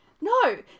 no